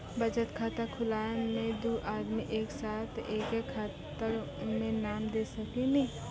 बचत खाता खुलाए मे दू आदमी एक साथ एके खाता मे नाम दे सकी नी?